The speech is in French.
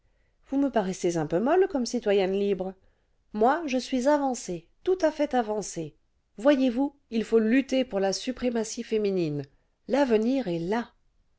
vous me paraissez un peu molle comme citoyenne libre moi je madame la prefete suis avancée tout à fait avancée voyez-vous il faut lutter pour la suprématie féminine l'avenir est là